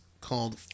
called